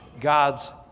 God's